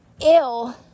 ill